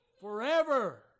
forever